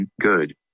good